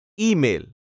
Email